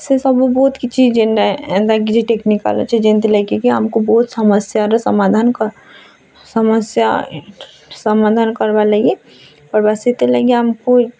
ସେ ସବୁ ବହୁତ୍ କିଛି ଯେନ୍ତା ଏନ୍ତା କିଛି ଟେକ୍ନିକାଲ୍ ଅଛି ଯେନ୍ତି ଲାଗିକି ଆମକୁ ବହୁତ୍ ସମସ୍ୟାର ସମାଧାନ୍ କ୍ ସମସ୍ୟା ସମାଧାନ୍ କରବାର୍ ଲାଗି ସେଥିର୍ଲାଗି ଆମକୁ